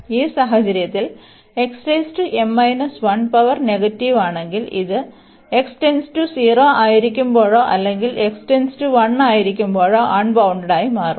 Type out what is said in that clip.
ഈ സാഹചര്യത്തിൽ power negative ആണെങ്കിൽ ഇത് ആയിരിക്കുമ്പോഴോ അല്ലെങ്കിൽ ആയിരിക്കുമ്പോഴോ അൺബൌൺണ്ടഡായി മാറും